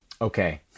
Okay